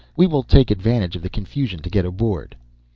we will take advantage of the confusion to get aboard.